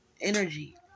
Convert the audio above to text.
energy